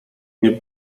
nie